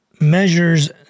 measures